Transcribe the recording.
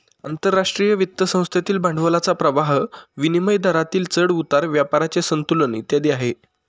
आंतरराष्ट्रीय वित्त संस्थेतील भांडवलाचा प्रवाह, विनिमय दरातील चढ उतार, व्यापाराचे संतुलन इत्यादी आहे